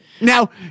Now